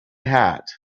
hat